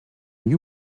you